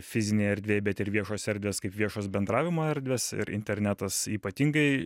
fizinėje erdvėj bet ir viešos erdvės kaip viešos bendravimo erdvės ir internetas ypatingai